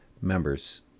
members